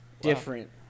different